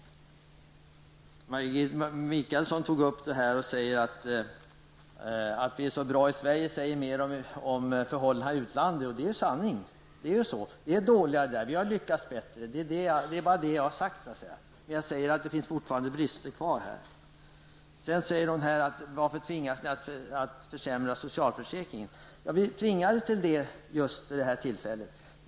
Maggi Mikaelsson säger att detta att vi är så bra i Sverige säger mer om förhållandena i utlandet. Det är sant. Det är sämre utomlands; vi har lyckats bättre. Det är bara det jag har sagt. Men jag säger också att det fortfarande finns brister. Maggi Mikaelsson undrar varför vi tvingas försämra socialförsäkringen. Vi tvingades till det just vid detta tillfälle.